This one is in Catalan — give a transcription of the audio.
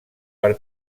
per